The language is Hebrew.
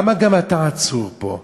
למה גם אתה עצור פה?